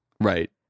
right